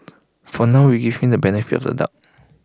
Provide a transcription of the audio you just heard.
for now we give him the benefit of the doubt